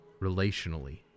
relationally